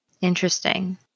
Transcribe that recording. Interesting